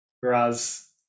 whereas